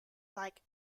like